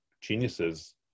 geniuses